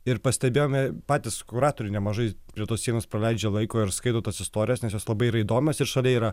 ir pastebėjome patys kuratoriai nemažai prie tos sienos praleidžia laiko ir skaito tas istorijas nes jos labai yra įdomios ir šalia yra